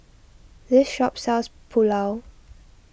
this shop sells Pulao